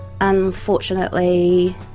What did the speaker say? unfortunately